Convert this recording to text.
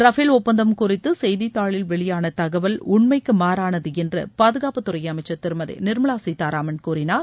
Rafale ஒப்பந்தம் குறித்து செய்தித்தாளில் வெளியான தகவல் உண்மைக்கு மாறானது என்று பாதுகாப்புத் துறை அமைச்சர் திருமதி நிர்மலா சீதாராமன் கூறினார்